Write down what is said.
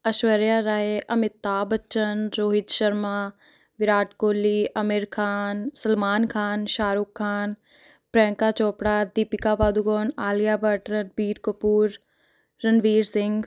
Aishwarya Rai Amitabh Bachchan Rohit Sharma Virat Kohli Aamir Khan Salman Khan Shahrukh Khan Priyanka Chopra Deepika Padukone Alia Bhatt Ranbir Kapoor Ranveer Singh